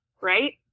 right